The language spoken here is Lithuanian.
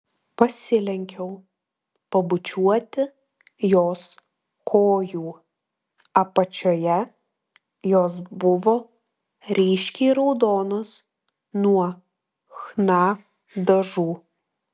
pasilenkiau pabučiuoti jos kojų apačioje jos buvo ryškiai raudonos nuo chna dažų